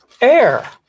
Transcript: Air